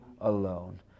alone